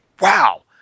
wow